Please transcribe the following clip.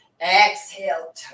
Exhale